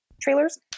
trailers